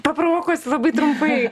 paprovokuosiu labai trumpai